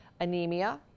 anemia